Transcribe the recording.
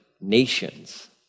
nations